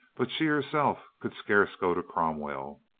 but she herself could scarce go to cromwell.